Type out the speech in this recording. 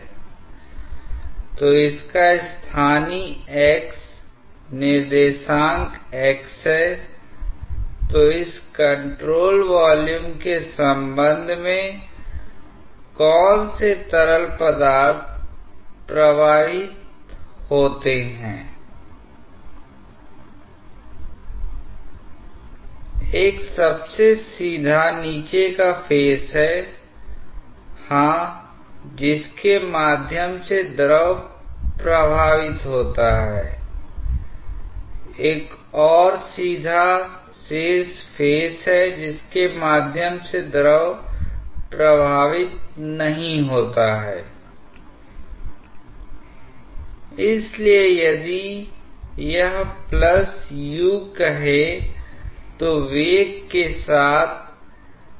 इसलिए जब आपके पास यह गैर एकरूपता है है लेकिन फिर से देखें यह बस एक आकलन है क्योंकि गैर एकरूपता का आकलन करने के लिए हमने दोबारा से एक आदर्श समीकरण का उपयोग किया है जो बरनौली के समीकरण जैसी है I लेकिन हमने माना है कि एक गैर आदर्श मामले के लिए भी यह बहुत अमान्य नहीं है क्योंकि जो कुछ भी घर्षण प्रभाव है वह इन दोनों समीकरणों को आपस में घटा देने पर रद्द हो गया है I यह मानते हुए कि घर्षण प्रभाव भी समान हैं जबकि द्रव दोनों स्ट्रीम लाइन जोकि ऊपर और नीचे हैं मैं बिंदु 1 और 2 के के बीच बहता हैI तो भले ही यदि घर्षण प्रभाव को मान लिया गया है और उस स्थिति में यह बरनौली के समीकरण अथवा घर्षण प्रभाव को लागू करने के बाद यह संशोधित बरनौली के समीकरण हैं तो जब एक समीकरण में से अन्य समीकरण को घटाया जाएगा तो यह घर्षण प्रभाव भी रद्द हो जाएगा I इसलिए यह कोई अनुपयुक्त आकलन नहीं है I तो यह आकलन दर्शाता है कि यदि वेग ऐसा है कि आप कम आकार के क्रॉस सेक्शन की ओर जा रहे हैं यदि बड़े क्रॉस सेक्शन में वेग कम या अधिक समान था तो छोटे क्रॉस सेक्शन के और भी अधिक समान होने की उम्मीद है